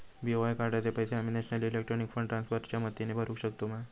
BOI कार्डाचे पैसे आम्ही नेशनल इलेक्ट्रॉनिक फंड ट्रान्स्फर च्या मदतीने भरुक शकतू मा?